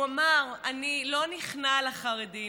והוא אמר: אני לא נכנע לחרדים,